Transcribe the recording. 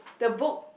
the book